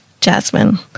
Jasmine